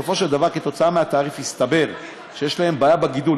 שבסופו של דבר כתוצאה מהתעריף יסתבר שיש להם בעיה בגידול,